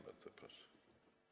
Bardzo proszę.